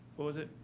what was it,